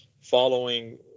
following